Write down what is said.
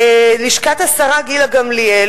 לשכת השרה גילה גמליאל,